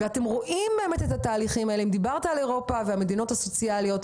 שמחה, דיברת על אירופה ועל המדינות הסוציאליות.